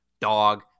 dog